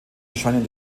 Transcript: erscheinen